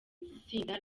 itsinda